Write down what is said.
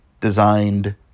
designed